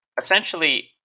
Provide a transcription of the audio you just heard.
essentially